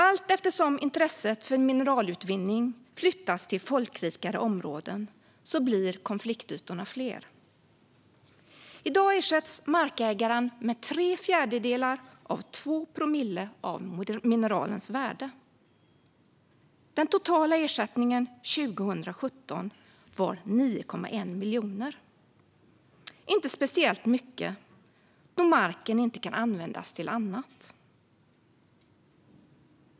Allt eftersom intresset för mineralutvinning flyttas till folkrikare områden blir konfliktytorna fler. I dag ersätts markägaren med tre fjärdedelar av 2 promille av mineralens värde. Den totala ersättningen 2017 var 9,1 miljoner. Det är inte speciellt mycket då marken inte kan användas till annat.